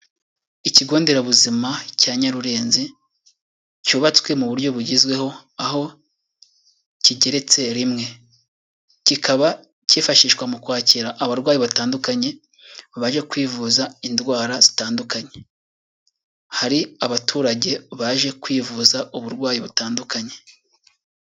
Ikigo nderabuzima cya Nyarurenzi cyubatswe mu buryo bugezweho, aho kigeretse rimwe. Kikaba kifashishwa mu kwakira abarwayi batandukanye baje kwivuza indwara zitandukanye. Hari abaturage baje kwivuza uburwayi butandukanye.